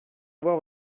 avoir